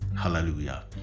hallelujah